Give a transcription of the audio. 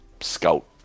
scout